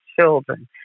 children